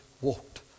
walked